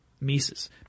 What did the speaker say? Mises